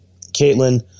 Caitlin